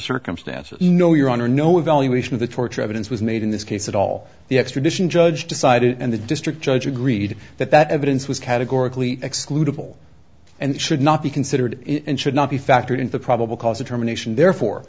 circumstances no your honor no evaluation of the torture evidence was made in this case at all the extradition judge decided and the district judge agreed that that evidence was categorically excludable and should not be considered and should not be factored into the probable cause determination therefore